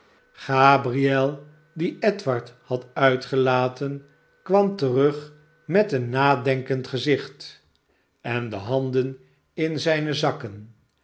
gabriel die edward had uitgelaten kwam terug met een nadenkend gezicht en de handen in zijne zakken